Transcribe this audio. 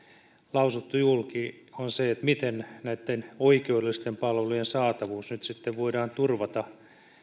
lausuttu julki on se miten näitten oikeudellisten palvelujen saatavuus nyt sitten voidaan turvata